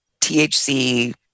THC